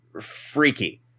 freaky